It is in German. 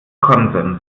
konsens